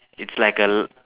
is like a l~